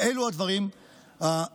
ואלה הדברים החשובים,